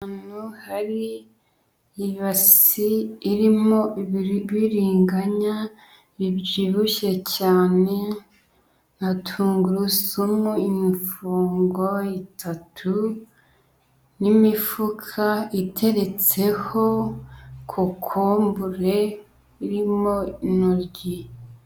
Ahantu hari ibasi irimo ibibiringanya bibyibushye cyane na tungurusumu imifungo itatu n'imifuka iteretseho kokombure irimo intoryi.